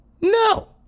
No